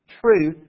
truth